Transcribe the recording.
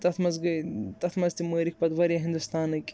تَتھ منٛز گٔے تَتھ منٛز تہِ مٲرِکھ پَتہٕ واریاہ ہِندُستانٕکۍ